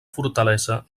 fortalesa